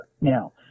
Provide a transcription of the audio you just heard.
now